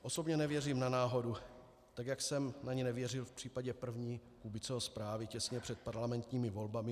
Osobně nevěřím na náhodu, tak jak jsem na ni nevěřil v případě první Kubiceho zprávy těsně před parlamentními volbami v roce 2010.